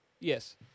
Yes